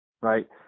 right